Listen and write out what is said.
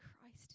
Christ